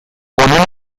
honen